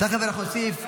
תכף אנחנו נוסיף.